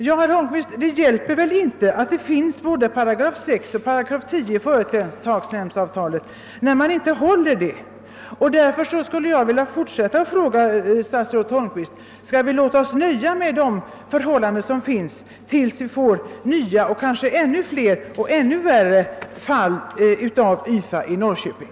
Ja, herr Holmqvist, det hjälper väl inte att vi har både 8 6 och 8 10 i företagsnämndsavtalet när man inte håller detta avtal. Därför skulle jag vilja fråga statsrådet Holmqvist: Skall vi låta oss nöja med de förhållanden som vi har tills vi kanske får uppleva flera och än värre fall av typen YFA i Norrköping?